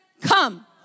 come